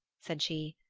said she,